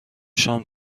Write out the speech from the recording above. شام